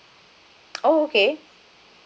oh okay